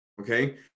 Okay